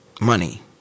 money